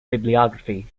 bibliography